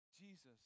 Jesus